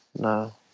no